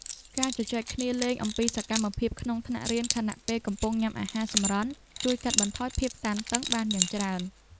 ការជជែកគ្នាលេងអំពីសកម្មភាពក្នុងថ្នាក់រៀនខណៈពេលកំពុងញ៉ាំអាហារសម្រន់ជួយកាត់បន្ថយភាពតានតឹងបានយ៉ាងច្រើន។